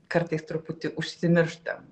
kartais truputį užsimirštam